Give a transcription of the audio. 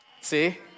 See